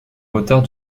retard